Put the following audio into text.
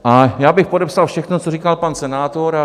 A já bych podepsal všechno, co říkal pan senátor.